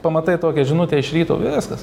pamatai tokią žinutę iš ryto viskas